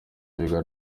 myuga